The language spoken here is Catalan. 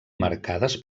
marcades